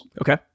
Okay